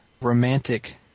romantic